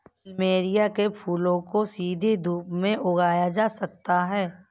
plumeria के फूलों को सीधी धूप में उगाया जा सकता है